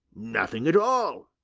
nothing at all,